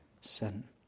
sin